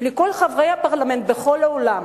לכל חברי הפרלמנטים בכל העולם,